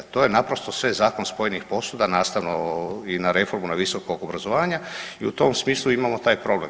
To je naprosto sve zakon spojenih posuda, nastavano i na reformu visokog obrazovanja i u tom smislu imamo taj problem.